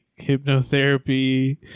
hypnotherapy